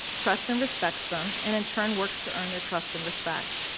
trusts and respects them and in turn, works to earn their trust and respect.